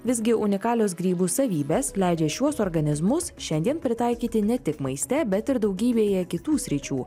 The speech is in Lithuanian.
visgi unikalios grybų savybės leidžia šiuos organizmus šiandien pritaikyti ne tik maiste bet ir daugybėje kitų sričių